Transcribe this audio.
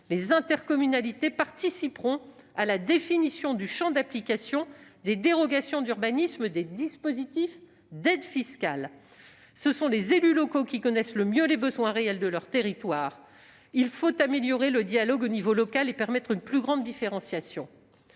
Les intercommunalités participeront à la définition du champ d'application des dérogations d'urbanisme et des dispositifs d'aides fiscales. Les élus locaux sont ceux qui connaissent le mieux les besoins réels de leurs territoires : il faut améliorer le dialogue à l'échelon local et permettre une plus grande différenciation.